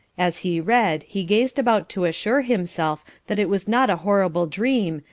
as he read he gazed about to assure himself that it was not a horrible dream,